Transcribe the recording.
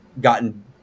gotten